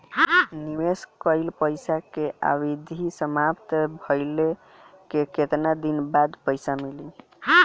निवेश कइल पइसा के अवधि समाप्त भइले के केतना दिन बाद पइसा मिली?